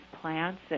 plants